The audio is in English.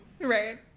Right